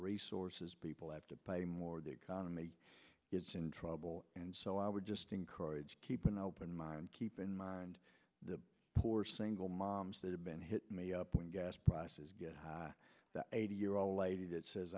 resources people have to pay more the economy is in trouble and so i would just encourage keep an open mind keep in mind the poor single moms that have been hit me up when gas prices get that eighty year old lady that says